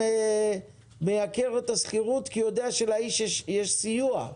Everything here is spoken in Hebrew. הוא מייקר את השכירות כי הוא יודע שלאיש יש סיוע.